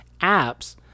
apps